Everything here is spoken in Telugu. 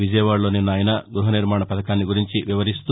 విజయవాడలో నిన్న ఆయన గృహ నిర్మాణ పధకాన్ని గురించి వివరిస్తూ